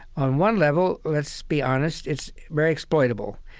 on one level, let's be honest, it's very exploitable.